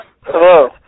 Hello